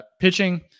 Pitching